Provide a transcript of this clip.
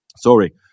Sorry